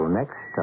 next